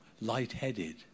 lightheaded